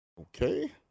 Okay